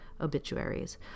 obituaries